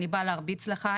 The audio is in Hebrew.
אני באה להרביץ לך,